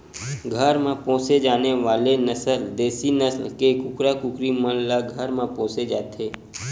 घर म पोसे जाने वाले नसल देसी नसल के कुकरा कुकरी मन ल घर म पोसे जाथे